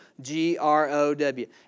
G-R-O-W